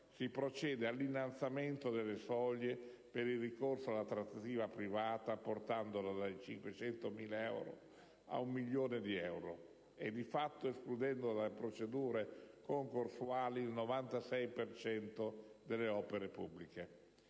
si procede all'innalzamento delle soglie per il ricorso alla trattativa privata portandolo da 500.000 euro ad un milione di euro e di fatto escludendo dalle procedure concorsuali il 96 per cento delle opere pubbliche.